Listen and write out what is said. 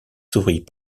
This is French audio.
souris